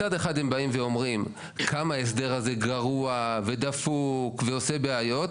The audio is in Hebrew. מצד אחד הם באים ואומרים כמה הסדר הזה גרוע ודפוק ועושה בעיות.